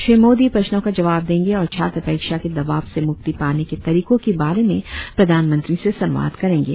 श्री मोदी प्रश्नों का जवाब देंगे और छात्र परीक्षा के दबाव से मुक्ति पाने के तरीकों के बारे में प्रधानमंत्री से संवाद करेंगे